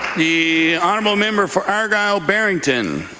the honourable member for argyle-barrington.